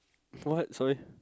what sorry